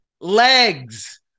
legs